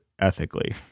ethically